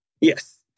Yes